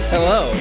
Hello